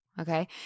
Okay